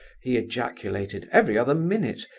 he ejaculated, every other minute,